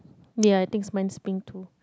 ya I thinks mine is being too